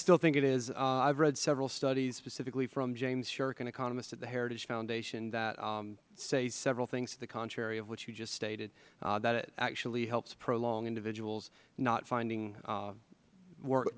still think it is i have read several studies specifically from james sherk an economist at the heritage foundation that say several things to the contrary of what you just stated that it actually helps prolong individuals not find finding work